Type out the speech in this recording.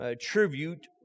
tribute